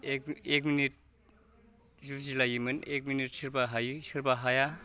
एक एक मिनिट जुजिलायोमोन एक मिनिट सोरबा हायो सोरबा हाया